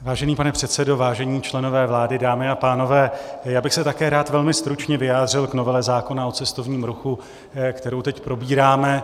Vážený pane předsedo, vážení členové vlády, dámy a pánové, já bych se také rád velmi stručně vyjádřil k novele zákona o cestovním ruchu, kterou teď probíráme.